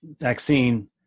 vaccine